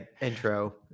intro